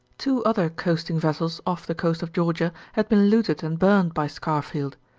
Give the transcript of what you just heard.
two other coasting vessels off the coast of georgia had been looted and burned by scarfield,